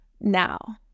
Now